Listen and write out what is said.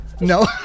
No